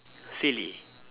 silly